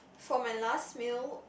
for my last meal